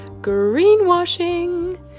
greenwashing